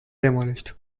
demolished